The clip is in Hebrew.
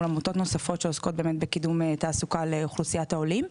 מול עמותות נוספות שעוסקות בקידום תעסוקה לאוכלוסיית העולים.